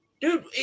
dude